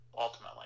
ultimately